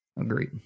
Agreed